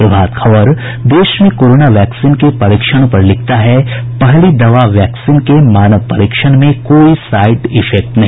प्रभात खबर देश में corona vaccine के परीक्षण पर लिखता है पहली दवा वैक्सीन के मानव परीक्षण में कोई साइड इफेक्ट नहीं